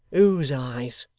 whose eyes